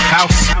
House